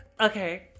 Okay